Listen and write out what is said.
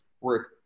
work